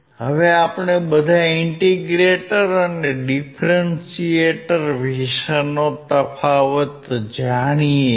હવે આપણે બધા ઇન્ટીગ્રેટર અને ડીફરન્શીએટર વિષેનો તફાવત જાણીએ છીએ